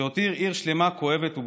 שהותיר עיר שלמה כואבת ובוכה.